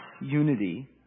unity